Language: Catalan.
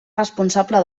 responsable